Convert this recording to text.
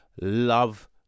Love